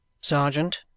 sergeant